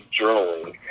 journaling